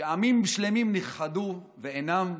כשעמים שלמים נכחדו ואינם,